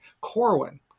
Corwin